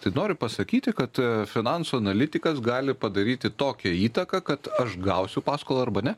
tai nori pasakyti kad finansų analitikas gali padaryti tokią įtaką kad aš gausiu paskolą arba ne